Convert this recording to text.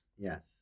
Yes